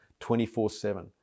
24-7